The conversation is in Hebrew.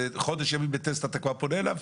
אחרי חודש ימים בלי טסט אתה כבר פונה אליו?